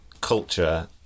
culture